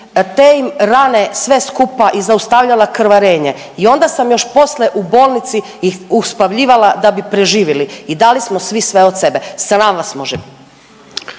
te im rane sve skupa i zaustavljala krvarenje i onda sam još posle u bolnici ih uspavljivala da bi preživili i dali smo svi sve od sebe. Sram vas može